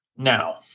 Now